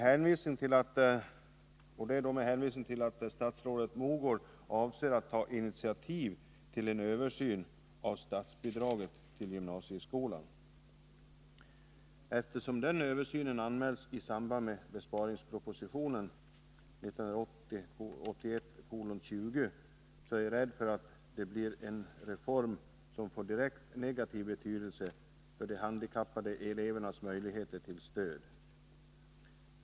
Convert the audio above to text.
Utskottet hänvisar därvid till att statsrådet Mogård avser att ta initiativ till en översyn av statsbidraget till gymnasieskolan. Eftersom den översynen anmäls i samband med besparingspropositionen 1980/81:20, är jag rädd för att det blir en reform som får direkt negativ betydelse för de handikappade elevernas möjlighet till stöd.